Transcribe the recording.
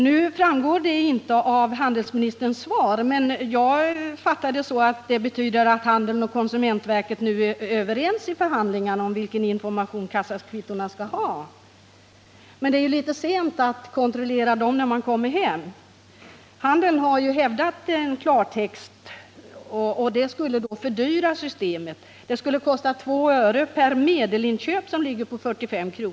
Det framgår inte av handelsministerns svar, men jag har fått den uppfattningen att handeln och konsumentverket nu är överens i förhandlingarna om vilken information kassakvittona skall ge. Men det är ju litet sent att kontrollera priset när man kommer hem. Handeln har ju inte förordat klartext, vilket skulle fördyra systemet. Det skulle kosta 2 öre per medelinköp, som ligger på 45 kr.